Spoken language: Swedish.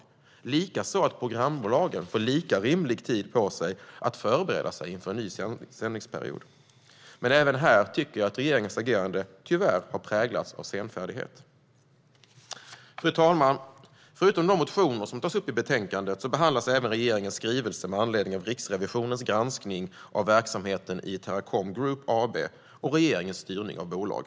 Det är likaså viktigt att programbolagen får lika rimlig tid på sig att förbereda sig inför en ny tillståndsperiod. Men även här tycker jag att regeringens agerande tyvärr har präglats av senfärdighet. Fru talman! Förutom de motioner som tas upp i betänkandet behandlas även regeringens skrivelse med anledning av Riksrevisionens granskning av verksamheten i Teracom Group AB och regeringens styrning av bolaget.